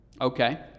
Okay